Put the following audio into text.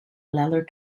leather